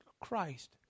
Christ